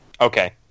Okay